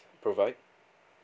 provide